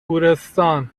گورستان